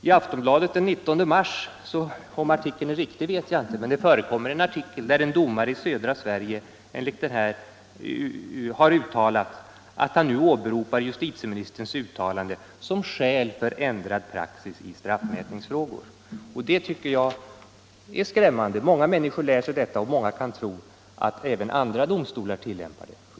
I Aftonbladet den 16 mars stod det i en artikel — om uppgiften är riktig vet jag inte —- att en domare i södra Sverige hade åberopat justitieministerns uttalande som skäl för ändrad praxis i straffmätningsfrågor. Det tycker jag är skrämmande. Många människor läser det och kan tro att även andra domstolar gör likadant.